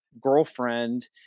girlfriend